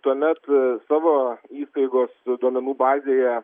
tuomet savo įstaigos duomenų bazėje